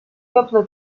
теплые